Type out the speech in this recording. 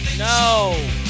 No